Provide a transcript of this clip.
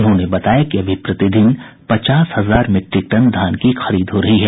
उन्होंने बताया कि अभी प्रतिदिन पचास हजार मीट्रिक टन धान की खरीद हो रही है